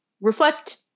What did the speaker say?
reflect